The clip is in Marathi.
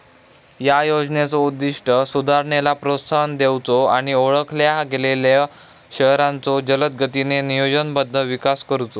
या योजनेचो उद्दिष्ट सुधारणेला प्रोत्साहन देऊचो आणि ओळखल्या गेलेल्यो शहरांचो जलदगतीने नियोजनबद्ध विकास करुचो